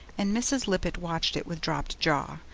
and mrs. lippett watched it with dropped jaw,